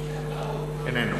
איננו.